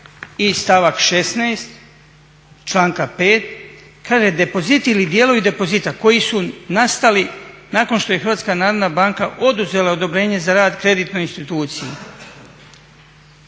i stavak 16.članka 5.kaže "Depoziti i dijelovi depozita koji su nastali nakon što je Hrvatska narodna banka oduzela odobrenje za rad kreditnoj instituciji.